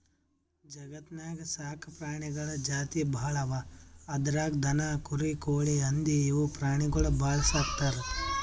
ಜಗತ್ತ್ನಾಗ್ ಸಾಕ್ ಪ್ರಾಣಿಗಳ್ ಜಾತಿ ಭಾಳ್ ಅವಾ ಅದ್ರಾಗ್ ದನ, ಕುರಿ, ಕೋಳಿ, ಹಂದಿ ಇವ್ ಪ್ರಾಣಿಗೊಳ್ ಭಾಳ್ ಸಾಕ್ತರ್